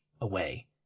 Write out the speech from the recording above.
away